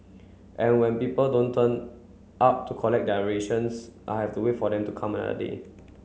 and when people don't turn up to collect their rations I have to wait for them to come another day